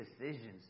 decisions